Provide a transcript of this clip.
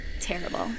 Terrible